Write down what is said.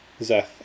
Zeth